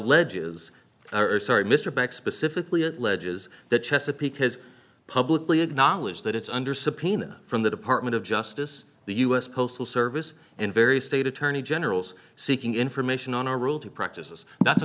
alleges sorry mr beck specifically at ledges the chesapeake has publicly acknowledged that it's under subpoena from the department of justice the u s postal service and various state attorney generals seeking information on a rule to practice that's a